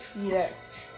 yes